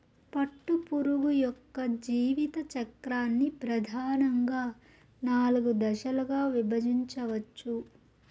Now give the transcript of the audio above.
పట్టుపురుగు యొక్క జీవిత చక్రాన్ని ప్రధానంగా నాలుగు దశలుగా విభజించవచ్చు